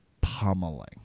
pummeling